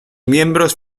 miembros